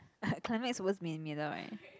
climax suppose to be in the middle right